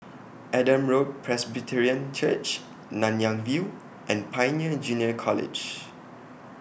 Adam Road Presbyterian Church Nanyang View and Pioneer Junior College